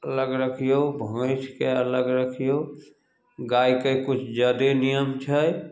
अलग राखिऔ भैँसके अलग राखिऔ गाइके किछु जादे नियम छै